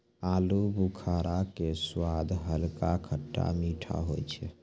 आलूबुखारा के स्वाद हल्का खट्टा मीठा होय छै